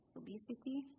obesity